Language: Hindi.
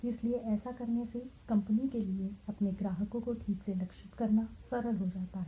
इसलिए ऐसा करने से कंपनी के लिए अपने ग्राहकों को ठीक से लक्षित करना सरल हो जाता है